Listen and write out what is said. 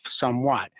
somewhat